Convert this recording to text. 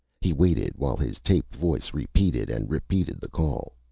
he waited while his taped voice repeated and re-repeated the call.